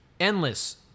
Endless